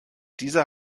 diese